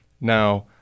Now